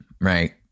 right